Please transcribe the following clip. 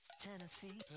Tennessee